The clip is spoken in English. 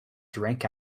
drank